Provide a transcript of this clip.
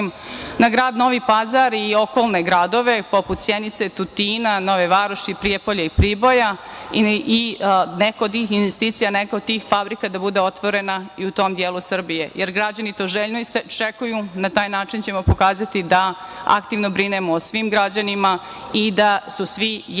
na grad Novi Pazar i okolne gradove, poput Sjenice, Tutina, Nove Varoši, Prijepolja i Priboja i neke od tih investicija, neka od tih fabrika da bude otvorena i u tom delu Srbije, jer građani to željno iščekuju. Na taj način ćemo pokazati da aktivno brinemo o svim građanima i da su svi jednaki